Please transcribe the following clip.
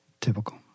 Typical